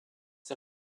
der